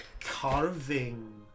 carving